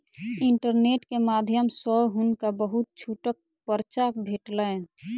internet के माध्यम सॅ हुनका बहुत छूटक पर्चा भेटलैन